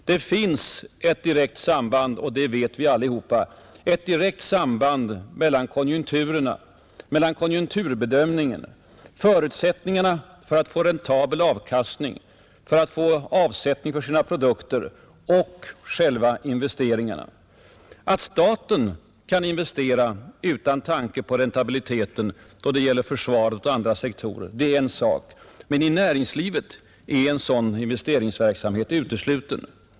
Det finns ett direkt samband — och det vet vi allihopa — mellan konjunkturerna, konjunkturbedömningarna, förutsättningarna för att få räntabel avkastning, att få avsättning för sina produkter, och själva investeringarna. Att staten kan investera utan tanke på räntabiliteten då det gäller försvaret och andra sektorer är en sak, men i näringslivet är en sådan investeringsverksamhet utesluten.